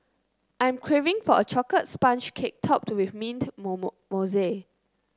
I am craving for a chocolate sponge cake topped with mint mousse